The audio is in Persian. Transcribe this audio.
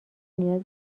نیاز